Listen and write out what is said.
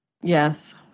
Yes